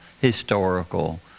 historical